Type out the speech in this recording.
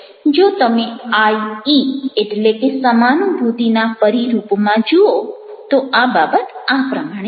જો તમે આઈઇ એટલે કે સમાનુભૂતિના પરિરૂપમાં જુઓ તો આ બાબત આ પ્રમાણે છે